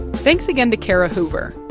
thanks again to kara hoover.